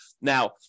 Now